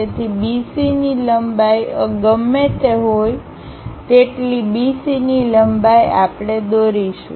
તેથી B C ની લંબાઈ ગમે તે હોય તેટલી B C ની લંબાઈ આપણે દોરીશું